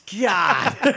God